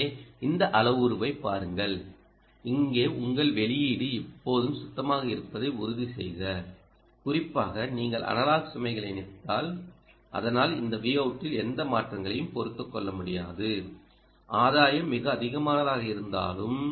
எனவே இந்த அளவுருவைப் பாருங்கள் இங்கே உங்கள் வெளியீடு எப்போதும் சுத்தமாக இருப்பதை உறுதிசெய்க குறிப்பாக நீங்கள் அனலாக் சுமைகளை இணைத்தால் அதனால் இந்த Voutல் எந்த மாற்றங்களையும் பொறுத்துக்கொள்ள முடியாது ஆதாயம் மிக அதிகமாக இருந்தாலும்